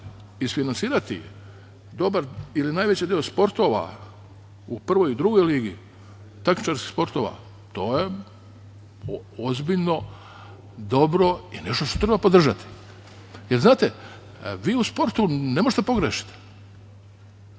finansirati dobar ili najveći deo sportova u prvoj i drugoj ligi takmičarskih sportova to je ozbiljno, dobro i nešto što treba podržati. Znate, vi u sportu ne možete da pogrešite.